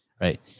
Right